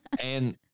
And-